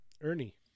Ernie